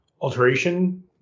alteration